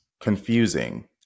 confusing